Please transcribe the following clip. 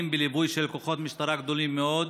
בליווי של כוחות משטרה גדולים מאוד,